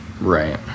Right